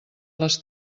les